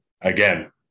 Again